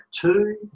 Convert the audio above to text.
two